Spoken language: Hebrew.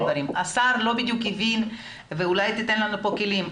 השר לא בדיוק הבין ואולי תיתן לנו כאן כלים.